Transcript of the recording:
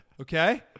Okay